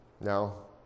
No